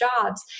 jobs